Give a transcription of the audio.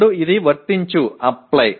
ఇప్పుడు ఇది వర్తించుఅప్లై